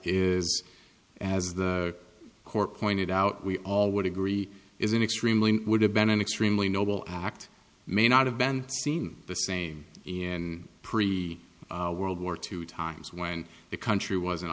is as the court pointed out we all would agree is an extremely would have been an extremely noble act may not have been seen the same in pre world war two times when the country was